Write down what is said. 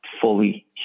fully